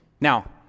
Now